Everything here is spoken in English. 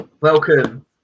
welcome